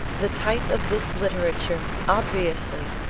the type of this literature, obviously,